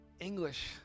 English